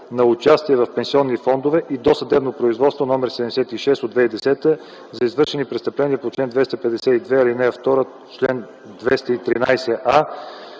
на участие в пенсионни фондове и досъдебно производство № 76 от 2010 г, за извършени престъпления по чл. 252, ал. 2, чл. 213а,